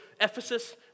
Ephesus